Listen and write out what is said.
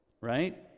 right